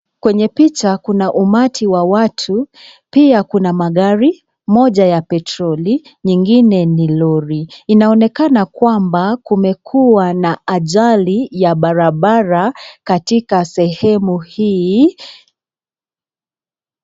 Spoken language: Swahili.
Kwenye picha kuna umati wa watu, pia kuna magari moja ya petroli lingine ni lori. Inaonekana kwamba kumekua na ajali ya barabara katika sehemu hii.